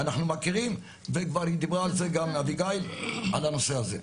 אנחנו מכירים וכבר דיברה על זה אביגיל על הנושא הזה.